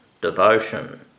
devotion